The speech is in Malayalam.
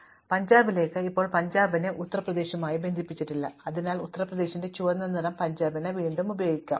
പിന്നെ ഞങ്ങൾ പഞ്ചാബിലേക്ക് ഇപ്പോൾ പഞ്ചാബിനെ ഉത്തർപ്രദേശുമായി ബന്ധിപ്പിച്ചിട്ടില്ല അതിനാൽ ഉത്തർപ്രദേശിന്റെ ചുവന്ന നിറം പഞ്ചാബിനായി വീണ്ടും ഉപയോഗിക്കാം